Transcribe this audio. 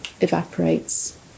evaporates